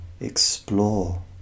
explore